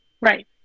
right